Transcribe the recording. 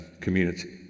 community